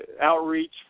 outreach